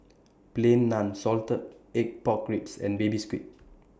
Plain Naan Salted Egg Pork Ribs and Baby Squid